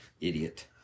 Idiot